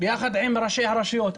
יחד עם ראשי הרשויות.